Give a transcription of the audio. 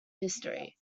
history